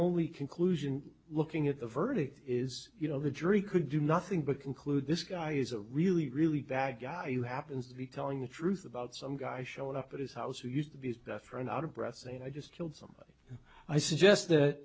only conclusion looking at the verdict is you know the jury could do nothing but conclude this guy is a really really bad guy who happens to be telling the truth about some guy showed up at his house who used to be his best friend out of breath saying i just killed somebody i suggest that